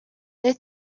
they